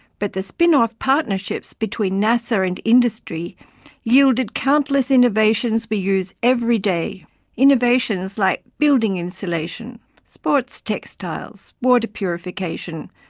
but the spinoff partnerships between nasa and industry yielded countless innovations we use every day innovations like building insulation, sports textiles, water purification,